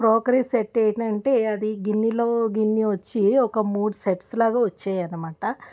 crockery set ఏంటంటే అది గిన్నెలో గిన్ని వచ్చి ఒక మూడు సెట్స్ లాగ వచ్చాయనమాట